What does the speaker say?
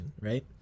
right